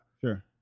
sure